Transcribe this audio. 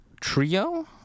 trio